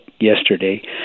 yesterday